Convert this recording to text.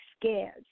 scared